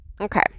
Okay